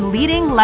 Leading